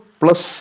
plus